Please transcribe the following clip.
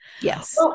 Yes